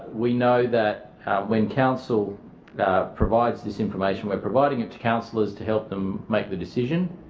we know that when council provides this information, we're providing it to councillors to help them make the decision